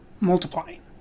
multiplying